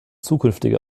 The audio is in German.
zukünftige